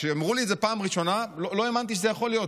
כשאמרו לי את זה בפעם הראשונה לא האמנתי שזה יכול להיות.